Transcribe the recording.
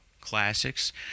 Classics